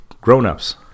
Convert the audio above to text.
Grownups